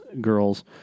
girls